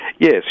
Yes